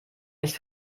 nicht